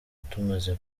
tumaze